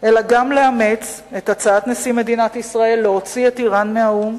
אלא גם לאמץ את הצעת נשיא מדינת ישראל להוציא את אירן מהאו"ם,